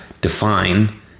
define